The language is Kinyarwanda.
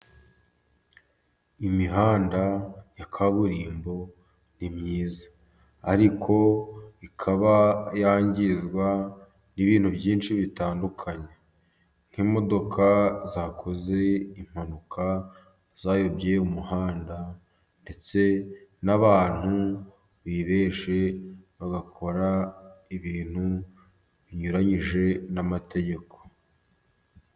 Imihanda ya kaburimbo ni myiza. Ariko ikaba yangizwa n'ibintu byinshi bitandukanye. Nk'imodoka zakoze impanuka zayobye umuhanda, ndetse n'abantu bibeshye bagakora ibintu binyuranyije n'amategeko.